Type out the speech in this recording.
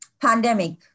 pandemic